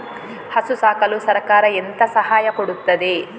ಹಸು ಸಾಕಲು ಸರಕಾರ ಎಂತ ಸಹಾಯ ಕೊಡುತ್ತದೆ?